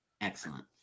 Excellent